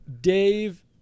Dave